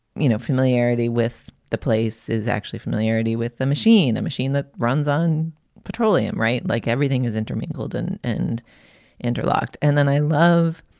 you know, familiarity with the place is actually familiarity with the machine. a and machine that runs on petroleum. right? like everything is intermingled and and interlocked. and then i love.